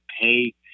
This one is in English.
pay